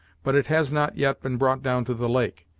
but it has not yet been brought down to the lake.